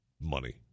money